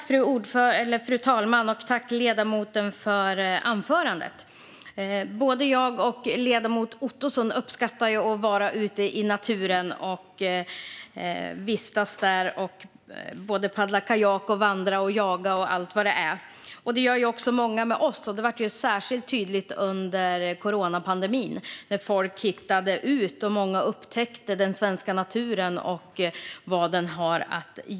Fru talman! Jag tackar ledamoten för anförandet. Både jag och ledamoten Ottosson uppskattar att vara ute i naturen för att paddla kajak, vandra, jaga med mera. Det gör många andra också, vilket blev särskilt tydligt under coronapandemin då folk hittade ut och upptäckte vad den svenska naturen har att erbjuda.